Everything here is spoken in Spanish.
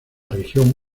región